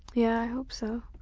yeah, i hope so.